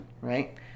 right